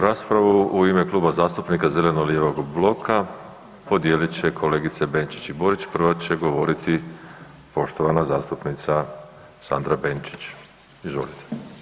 Raspravu u ime Kluba zastupnika zeleno-lijevog bloka podijelit će kolegice Benčić i Borić, prva će govoriti poštovana zastupnica Sandra Benčić, izvolite.